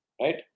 Right